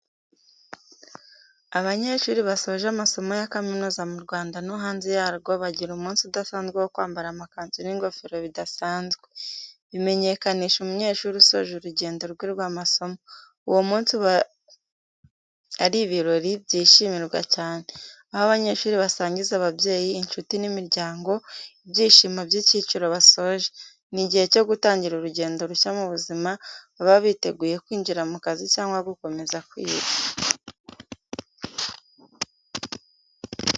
Abanyeshuri basoje amasomo ya kaminuza mu Rwanda no hanze yarwo bagira umunsi udasanzwe wo kwambara amakanzu n’ingofero bidasanzwe, bimenyekanisha umunyeshuri usoje urugendo rwe rw’amasomo. Uwo munsi uba ari ibirori byishimirwa cyane, aho abanyeshuri basangiza ababyeyi, inshuti n’imiryango ibyishimo by’icyiciro basoje. Ni igihe cyo gutangira urugendo rushya mu buzima, baba biteguye kwinjira mu kazi cyangwa gukomeza kwiga.